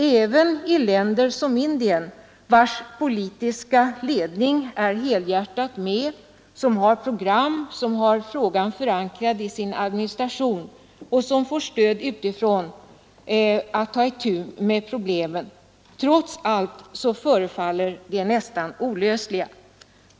Även i länder som Indien, vars politiska ledning helhjärtat stöder dessa strävanden, som har frågan förankrad i sin administration och som har program och får stöd utifrån, förefaller problemen nästan olösliga.